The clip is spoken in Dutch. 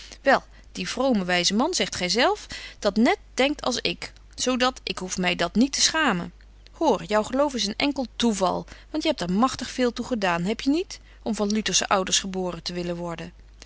wel die vrome wyze man zegt gy zelf dat net denkt als ik zo dat ik hoef my dat niet te schamen hoor jou geloof is een enkel toeval want je hebt er magtig veel toe gedaan hebje niet om van lutersche ouders geboren te willen worden